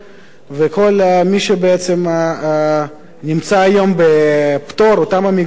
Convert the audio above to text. וכל מי שבעצם נמצא היום בפטור, אותם המגזרים.